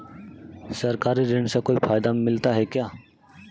सरकारी ऋण से कोई फायदा मिलता है क्या?